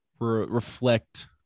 reflect